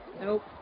Nope